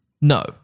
no